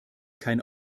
kein